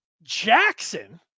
Jackson